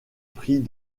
prix